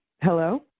Hello